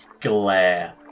Glare